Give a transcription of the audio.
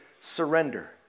surrender